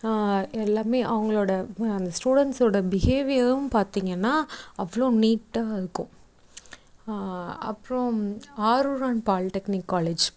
எல்லாமே அவங்களோட அந்த ஸ்டூடண்ட்ஸோட பிஹேவியரும் பார்த்தீங்கன்னா அவ்வளோ நீட்டாக இருக்கும் அப்புறோம் ஆரூரான் பால்டெக்னிக் காலேஜ்